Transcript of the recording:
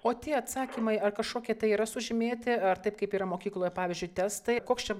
o tie atsakymai ar kažkokie tai yra sužymėti ar taip kaip yra mokykloje pavyzdžiui testai koks čia